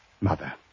mother